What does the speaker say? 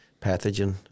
pathogen